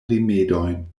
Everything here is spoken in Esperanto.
rimedojn